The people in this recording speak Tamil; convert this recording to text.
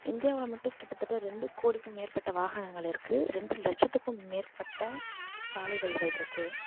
இந்தியாவில் மட்டும் கிட்டத்தட்ட ரெண்டு கோடிக்கு மேற்பட்ட வாகனங்கள் இருக்குது ரெண்டு லட்சத்துக்கும் மேற்பட்ட சாலை வழிகளிருக்கு